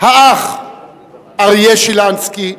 האח אריה שילנסקי,